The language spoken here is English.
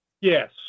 Yes